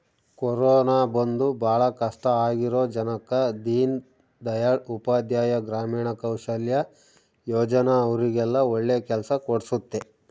corona ಬಂದು ಭಾಳ ಕಷ್ಟ ಆಗಿರೋ ಜನಕ್ಕ ದೀನ್ ದಯಾಳ್ ಉಪಾಧ್ಯಾಯ ಗ್ರಾಮೀಣ ಕೌಶಲ್ಯ ಯೋಜನಾ ಅವ್ರಿಗೆಲ್ಲ ಒಳ್ಳೆ ಕೆಲ್ಸ ಕೊಡ್ಸುತ್ತೆ